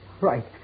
Right